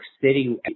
City